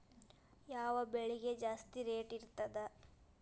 ಯಾವ ಬೆಳಿಗೆ ಜಾಸ್ತಿ ರೇಟ್ ಇರ್ತದ?